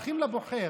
הולכים לבוחר,